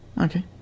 Okay